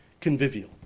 convivial